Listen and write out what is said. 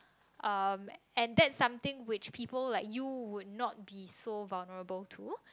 um and that's something which people like you would not be so vulnerable to